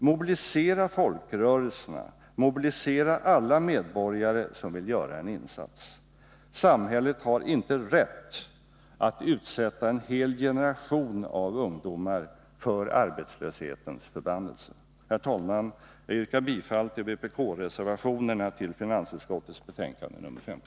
Mobilisera folkrörelserna, mobilisera alla medborgare som vill göra en insats! Samhället har inte rätt att utsätta en hel generation av ungdomar för arbetslöshetens förbannelse! Jag yrkar bifall till vpk-reservationerna vid finansutskottets betänkande 50.